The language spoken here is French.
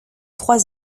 trois